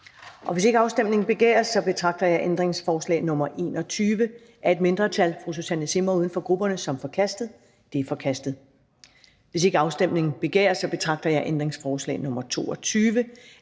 Hvis ikke afstemning begæres, betragter jeg ændringsforslag nr. 21 af et mindretal (Susanne Zimmer (UFG)) som forkastet. Det er forkastet. Hvis ikke afstemning begæres, betragter jeg ændringsforslag nr. 22 af et mindretal